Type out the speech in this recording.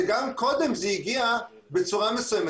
שגם קודם זה הגיע בצורה מסוימת.